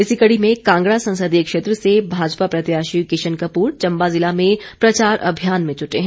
इसी कड़ी में कांगड़ा संसदीय क्षेत्र से भाजपा प्रत्याशी किशन कपूर चम्बा जिला में प्रचार अभियान में जुटे हैं